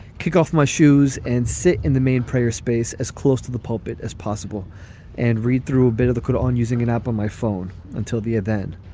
kick off my shoes and sit in the main prayer space as close to the pulpit as possible and read through a bit of the good on using an app on my phone until the event.